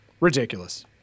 Ridiculous